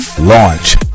launch